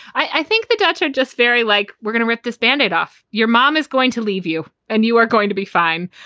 i think the dutch are just very like, we're going to rip this band-aid off. your mom is going to leave you and you are going to be fine.